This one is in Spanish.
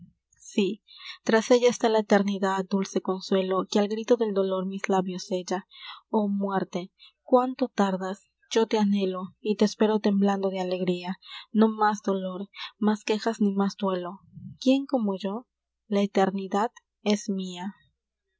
sí tras ella está la eternidad dulce consuelo que al grito del dolor mis labios sella oh muerte cuánto tardas yo te anhelo y te espero temblando de alegría no más dolor más quejas ni más duelo quién como yo la eternidad es mia